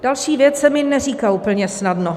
Další věc se mi neříká úplně snadno.